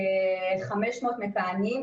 כ-500 מכהנים,